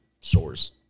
source